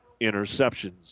interceptions